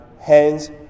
hands